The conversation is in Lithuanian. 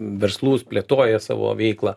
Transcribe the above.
verslus plėtoja savo veiklą